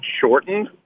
shortened